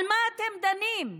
על מה אתם דנים?